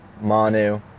Manu